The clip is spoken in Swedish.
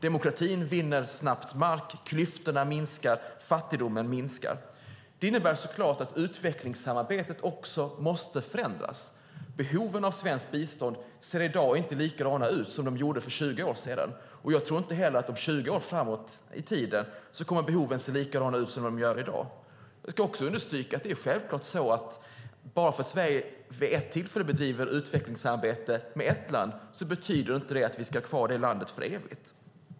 Demokratin vinner snabbt mark och klyftorna och fattigdomen minskar. Det innebär såklart att utvecklingssamarbetet också måste förändras. Behoven av svenskt bistånd ser i dag inte likadana ut som de gjorde för 20 år sedan, och 20 år framåt i tiden kommer behoven sannolikt inte att se likadana ut som de gör i dag. Självklart är det inte heller så att bara för att Sverige vid ett tillfälle bedriver utvecklingssamarbete med ett land så ska vi ha kvar det för evigt.